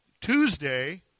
Tuesday